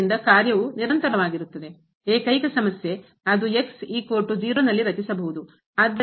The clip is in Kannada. ಆದ್ದರಿಂದ ಕಾರ್ಯವು ನಿರಂತರವಾಗಿರುತ್ತದೆ ಏಕೈಕ ಸಮಸ್ಯೆ ಅದು ನಲ್ಲಿ ರಚಿಸಬಹುದು